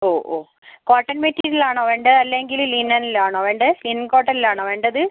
ഓ ഓ cotton material ആണോ വേണ്ടത് അല്ലെങ്കിൽ ലിനെനിൽ ആണോ വേണ്ടത് ലിനെൻ കോട്ടനിലാണോ വേണ്ടത്